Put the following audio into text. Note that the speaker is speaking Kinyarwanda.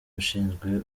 ushinzwe